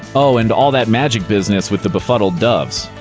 oh, and all that magic business with the befuddled doves.